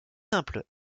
simple